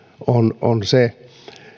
on on se